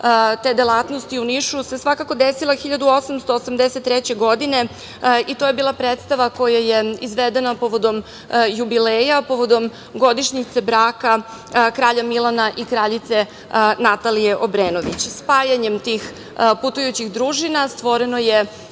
te delatnosti, u Nišu, se svakako desila 1883. godine, i to je bila predstava koja je izvedena, povodom jubileja, povodom godišnjice braka kralja Milana i kraljice Natalije Obrenović. Spajanjem tih putujućih družina, stvoreno je